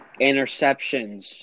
Interceptions